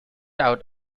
out